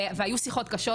והיו שיחות קשות.